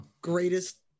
greatest